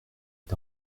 est